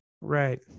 Right